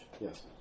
Yes